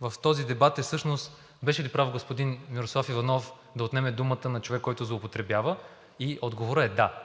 в този дебат всъщност – беше ли прав господин Мирослав Иванов да отнеме думата на човек, който злоупотребява, и отговорът е да.